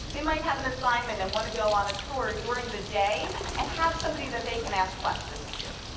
they might have an assignment and want to go on a tour during the day and have somebody that they can ask questions to.